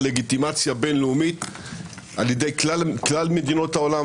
לגיטימציה בין-לאומית על ידי כלל מדינות העולם,